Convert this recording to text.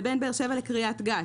ובין באר שבע לקריית גת,